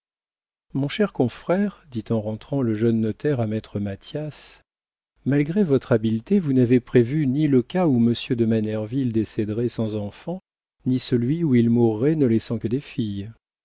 mon cher confrère dit en rentrant le jeune notaire à maître mathias malgré votre habileté vous n'avez prévu ni le cas où monsieur de manerville décéderait sans enfants ni celui où il mourrait ne laissant que des filles